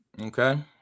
okay